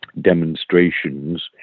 demonstrations